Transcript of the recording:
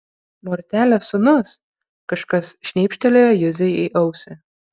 mortelės sūnus kažkas šnypštelėjo juzei į ausį